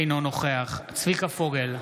אינו נוכח צביקה פוגל,